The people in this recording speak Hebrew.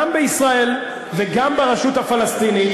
גם בישראל וגם ברשות הפלסטינית,